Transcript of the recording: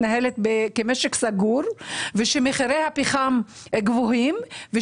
אז אין ספק שהצפי מדבר על